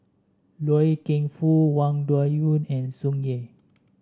Loy Keng Foo Wang Dayuan and Tsung Yeh